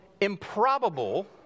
improbable